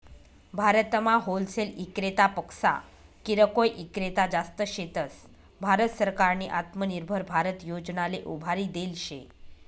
भारतमा होलसेल इक्रेतापक्सा किरकोय ईक्रेता जास्त शेतस, भारत सरकारनी आत्मनिर्भर भारत योजनाले उभारी देल शे